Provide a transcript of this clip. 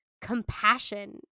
compassion